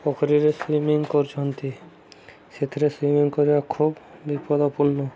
ପୋଖରୀରେ ସୁଇମିଂ କରୁଛନ୍ତି ସେଥିରେ ସୁଇମିଂ କରିବା ଖୁବ୍ ବିପଦପୂର୍ଣ୍ଣ